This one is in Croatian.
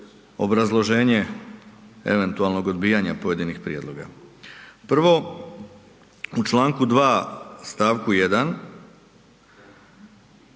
obrazloženje eventualnog odbijanja pojedinih prijedloga. Prvo, u čl. 2 stavku 1